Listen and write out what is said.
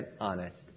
honest